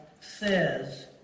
says